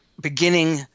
beginning